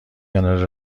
کنارت